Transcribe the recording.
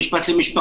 בתי משפט למשפחה,